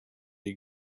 you